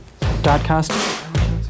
Dadcast